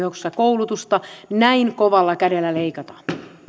joissa koulutusta näin kovalla kädellä leikataan